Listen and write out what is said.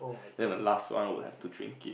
then the last one would have to drink it